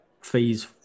fees